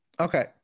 Okay